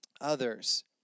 others